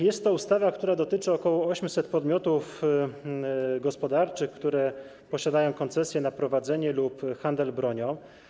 Jest to ustawa, która dotyczy ok. 800 podmiotów gospodarczych, które posiadają koncesje na prowadzenie działalności lub handel bronią.